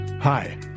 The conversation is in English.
Hi